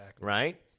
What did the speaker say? right